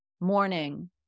morning